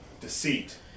deceit